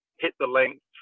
hit-the-length